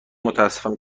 متاسفم